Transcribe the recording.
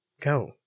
Go